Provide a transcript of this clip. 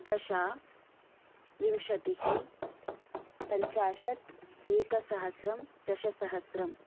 दश विंशतिः पञ्चाशत् एकसहस्रं दशसहस्रम्